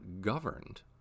governed